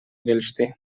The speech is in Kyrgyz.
келишти